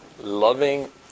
loving